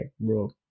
bro